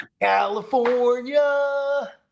California